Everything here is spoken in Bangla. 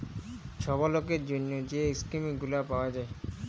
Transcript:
ছব লকের জ্যনহে যে ইস্কিম গুলা পাউয়া যায়